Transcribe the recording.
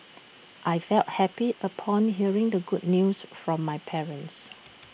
I felt happy upon hearing the good news from my parents